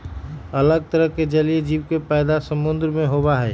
अलग तरह के जलीय जीव के पैदा समुद्र में होबा हई